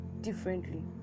differently